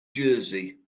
jersey